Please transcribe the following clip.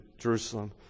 Jerusalem